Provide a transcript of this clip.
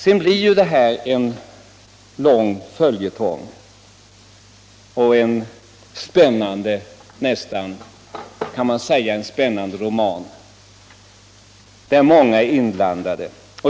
Sedan blir ju det här en lång följetong —- en spännande roman, kan man väl nästan säga — där många är inblandade.